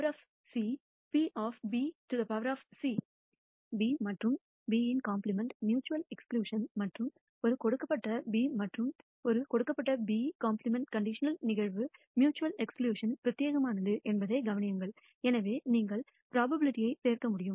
B மற்றும் B complement mutual exclusion மற்றும் ஒரு கொடுக்கப்பட்ட B மற்றும் ஒரு கொடுக்கப்பட்ட B காம்ப்ளிமென்ட்க்கான கண்டிஷனல் நிகழ்வு மியூச்சுவல் எக்ஸ்கிளியூஷன் பிரத்தியேகமானது என்பதைக் கவனியுங்கள் எனவே நீங்கள் ப்ரோபபிலிட்டிகளைச் சேர்க்க முடியும்